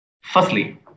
Firstly